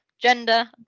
gender